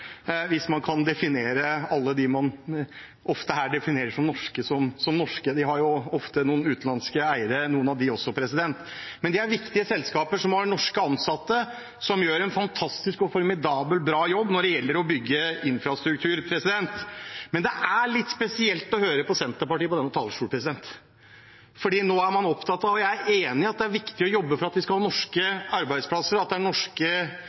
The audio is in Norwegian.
hvis man kan definere alle dem vi ofte her definerer som norske, som norske, de har jo ofte noen utenlandske eiere noen av dem. Men de er viktige selskaper, som har norske ansatte som gjør en fantastisk og formidabelt bra jobb når det gjelder å bygge infrastruktur. Det er litt spesielt å høre på Senterpartiet på denne talerstolen. Jeg er enig i at det er viktig å jobbe for at vi skal ha norske arbeidsplasser, og at det er